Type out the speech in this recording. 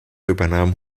übernahm